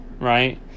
right